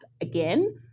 again